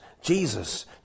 Jesus